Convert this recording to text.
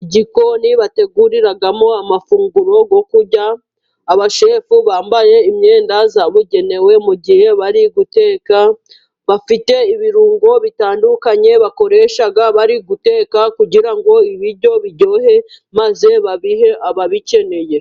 Igikoni bateguriramo amafunguro yo kurya. Abashefu bambaye imyenda zabugenewe, mu gihe bari guteka. Bafite ibirungo bitandukanye bakoresha bari guteka kugira ngo ibiryo biryohe maze babihe ababikeneye.